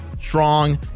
strong